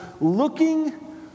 looking